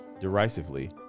derisively